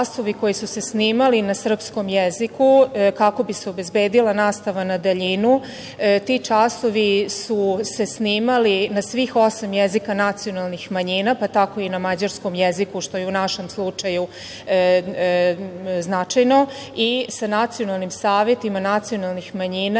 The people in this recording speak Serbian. koji su se snimali na srpskom jeziku kako bi se obezbedila nastava na daljinu, ti časovi su se snimali na svih osam jezika nacionalnih manjina, pa tako i na mađarskom jeziku što je i u našem slučaju značajno i sa nacionalnim savetima nacionalnih manjina